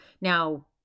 Now